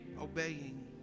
obeying